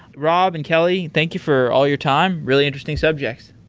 rob and kelly, thank you for all your time. really interesting subjects.